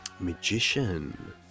magician